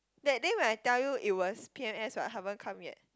that day when I tell you it was P_M_S what haven't come yet